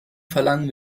verlangen